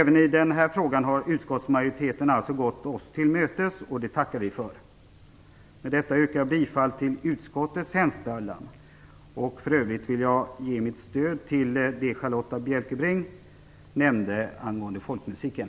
Även i denna fråga har utskottsmajoriteten gått oss till mötes, och det tackar vi för. Med detta yrkar jag bifall till utskottets hemställan. För övrigt vill jag ge mitt stöd till det som Charlotta Bjälkebring nämnde angående folkmusiken.